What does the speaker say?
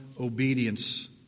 obedience